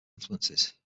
influences